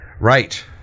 Right